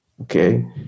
okay